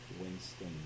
Winston